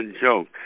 joke